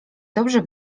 dobrze